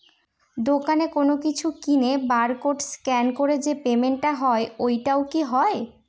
দোকানে কোনো কিছু কিনে বার কোড স্ক্যান করে যে পেমেন্ট টা হয় ওইটাও কি হয়?